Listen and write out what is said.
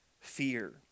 fear